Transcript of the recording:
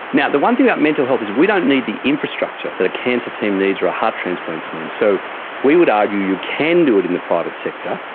yeah the one thing about mental health is we don't need the infrastructure that a cancer team needs or a heart transplant team needs. so we would argue you can do it in the private sector,